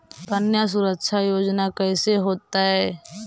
कन्या सुरक्षा योजना कैसे होतै?